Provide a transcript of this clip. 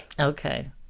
Okay